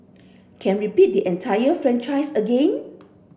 can repeat the entire franchise again